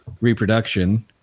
reproduction